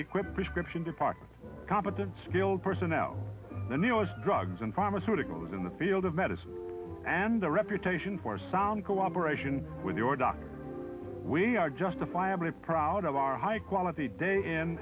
equipped prescription depok competent skilled personnel the newest drugs and pharmaceuticals in the field of medicine and a reputation for sound cooperation with your doctor we are justifiably proud of our high quality day in